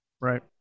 Right